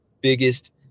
biggest